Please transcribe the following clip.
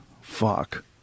fuck